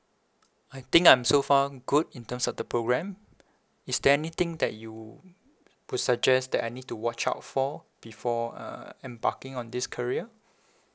I think I'm so far good in terms of the programme is there anything that you could suggest that I need to watch out for before uh embarking on this career